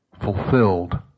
fulfilled